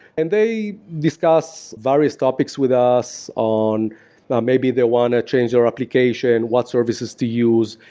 and they discuss various topics with us on maybe they want to change their application. what services to use?